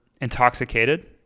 intoxicated